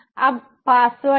अब पासवर्ड क्या है